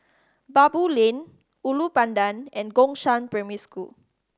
Baboo Lane Ulu Pandan and Gongshang Primary School